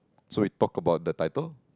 so we talk about the title